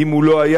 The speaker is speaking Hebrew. הדיון היום,